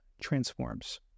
transforms